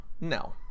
no